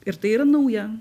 ir tai ir nauja